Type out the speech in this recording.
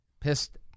pissed